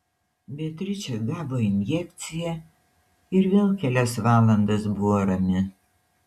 beatričė gavo injekciją ir vėl kelias valandas buvo rami